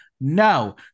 No